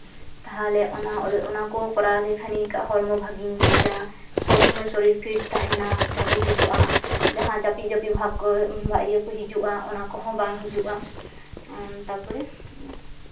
ᱛᱟᱦᱞᱮ ᱚᱱᱟ ᱚᱱᱟ ᱠᱚ ᱠᱚᱨᱟᱣ ᱞᱮᱠᱷᱟᱱ ᱱᱤᱝᱠᱟᱹ ᱦᱚᱲᱢᱚ ᱵᱷᱟᱹᱜᱤᱧ ᱵᱩᱡᱟ ᱥᱚᱵᱽ ᱥᱚᱢᱚᱭ ᱥᱚᱨᱤᱨ ᱯᱷᱤᱴ ᱛᱟᱦᱮᱱᱟ ᱵᱷᱟᱹᱜᱤ ᱵᱩᱡᱩᱜᱼᱟ ᱡᱟᱦᱟᱸ ᱡᱟᱹᱯᱤᱫ ᱡᱟᱹᱯᱤᱫ ᱵᱷᱟᱵᱽ ᱠᱚ ᱚᱝᱠᱟ ᱤᱭᱟᱹ ᱠᱚ ᱦᱤᱡᱩᱜᱼᱟ ᱚᱱᱟ ᱠᱚᱦᱚᱸ ᱵᱟᱝ ᱦᱤᱡᱩᱜᱼᱟ ᱛᱟᱯᱚᱨᱮ